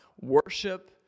worship